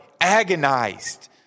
agonized